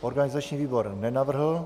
Organizační výbor nenavrhl.